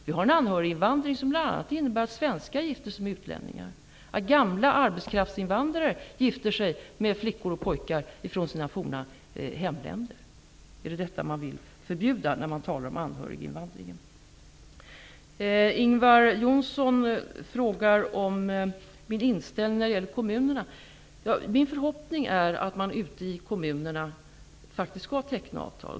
Vi har en anhöriginvandring som bl.a. innebär att svenskar gifter sig med utlänningar och att gamla arbetskraftsinvandrare gifter sig med flickor och pojkar från sina tidigare hemländer. Är det detta man vill förbjuda när man talar om anhöriginvandringen? Ingvar Johnsson frågar om min inställning när det gäller kommunerna. Min förhoppning är att kommunerna faktiskt skall teckna avtal.